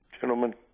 Gentlemen